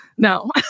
No